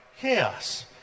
Chaos